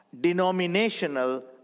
denominational